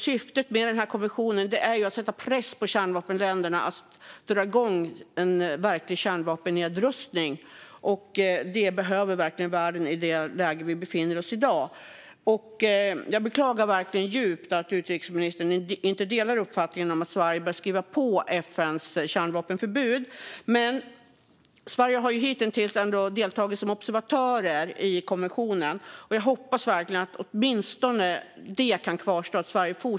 Syftet med konventionen är ju att sätta press på kärnvapenländerna att dra igång en verklig kärnvapennedrustning. Det behöver verkligen världen i det läge där vi befinner oss i dag. Jag beklagar verkligen djupt att utrikesministern inte delar uppfattningen att Sverige bör skriva på FN:s kärnvapenförbud. Sverige har dock hittills ändå deltagit som observatör i konventionen, och jag hoppas verkligen att åtminstone detta kan kvarstå.